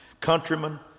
countrymen